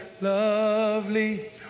lovely